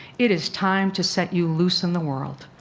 it is time to set you loose in the world.